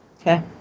Okay